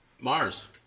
Mars